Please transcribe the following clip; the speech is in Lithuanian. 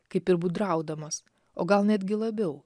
kaip ir gudraudamas o gal netgi labiau